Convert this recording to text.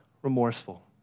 Remorseful